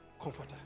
comforter